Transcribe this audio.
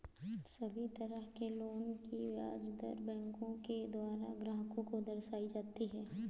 सभी तरह के लोन की ब्याज दर बैंकों के द्वारा ग्राहक को दर्शाई जाती हैं